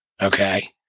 Okay